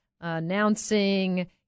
announcing